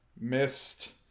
missed